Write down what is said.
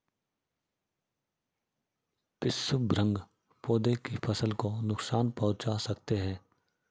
पिस्सू भृंग पौधे की फसल को नुकसान पहुंचा सकते हैं